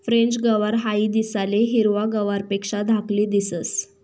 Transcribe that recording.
French गवार हाई दिसाले हिरवा गवारपेक्षा धाकली दिसंस